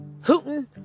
hooting